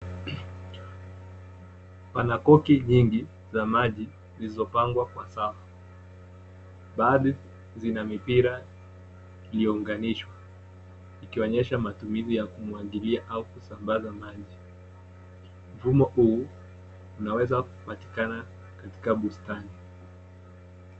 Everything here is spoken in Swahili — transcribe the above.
Pana koki nyingi, za maji, zilizopangwa kwa safu. Baadhi zina mipira iliyounganishwa. Ikionyesha matumizi ya kumwagilia au kusambaza maji. Mfumo huu, unaweza kupatikana katika bustani.